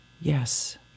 Yes